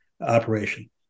operation